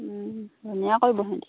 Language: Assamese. ধুনীয়া কৰিব সিহঁতি